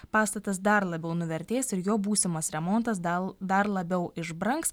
pastatas dar labiau nuvertės ir jo būsimas remontas dal dar labiau išbrangs